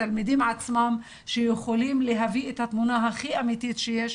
התלמידים עצמם שיכולים להביא את התמונה הכי אמיתית שיש,